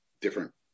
different